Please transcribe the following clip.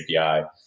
API